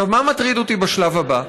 עכשיו, מה מטריד אותי בשלב הבא?